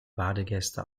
badegäste